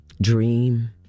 dream